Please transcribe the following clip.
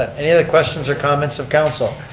any other questions or comments of council?